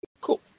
Cool